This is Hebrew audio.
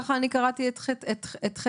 ככה אני קראתי את תקנות משנה (ח)